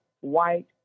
white